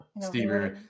stevie